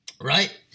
right